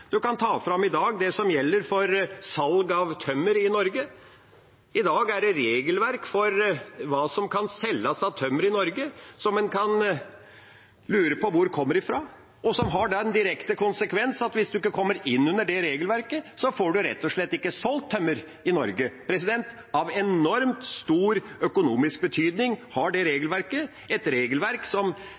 det som gjelder for salg av tømmer i Norge i dag. I dag er det regelverk for hva som kan selges av tømmer i Norge som en kan lure på hvor kommer fra, og som har den direkte konsekvensen at hvis en ikke kommer inn under det regelverket, så får en rett og slett ikke solgt tømmer i Norge. Det regelverket har enormt stor økonomisk betydning, et regelverk som